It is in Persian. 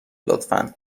لطفا